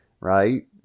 Right